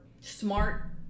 smart